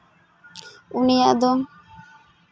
ᱩᱱᱤᱭᱟᱜ ᱫᱚ